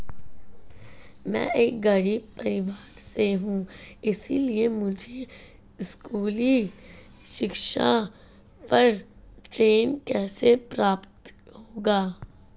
मैं एक गरीब परिवार से हूं इसलिए मुझे स्कूली शिक्षा पर ऋण कैसे प्राप्त होगा?